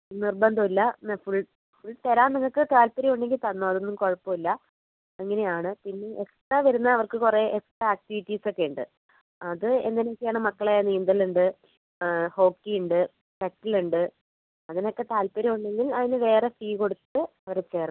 നിർബന്ധം ഇല്ല full full തരാൻ നിങ്ങൾക്ക് താല്പര്യം ഉണ്ടെങ്കിൽ തന്നോളൂ അതൊന്നും കുഴപ്പം ഇല്ല അങ്ങനെയാണ് പിന്നെ എക്സ്ട്രാ വരുന്ന അവർക്ക് കുറെ എക്സ്ട്രാ ആക്ടിവിറ്റീസൊക്കെ ഉണ്ട് അത് എന്തെങ്കിലും ആണ് മക്കളെ നീന്തലുണ്ട് ഹോക്കി ഉണ്ട് ഷട്ടിൽ ഉണ്ട് അതിനൊക്കെ താല്പര്യം ഉണ്ടെങ്കിൽ അതിന് വേറെ ഫീ കൊടുത്ത് അവരെ ചേർക്കാം